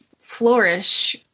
flourish